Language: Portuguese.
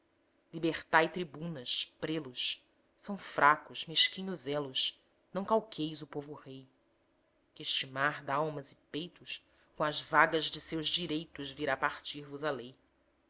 feroz libertai tribunas prelos são fracos mesquinhos elos não calqueis o povo rei que este mar d'almas e peitos com as vagas de seus direitos virá partir vos a lei